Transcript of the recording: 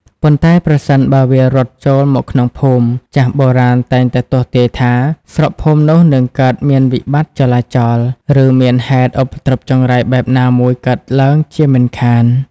ប៉ុន្តែ ប្រសិនបើវារត់ចូលមកក្នុងភូមិ ចាស់បុរាណតែងតែទស្សន៍ទាយថា ស្រុកភូមិនោះនិងកើតមានវិបត្តិ ចលាចល ឬមានហេតុឧបទ្រពចង្រៃបែបណាមួយកើតឡើងជាមិនខាន។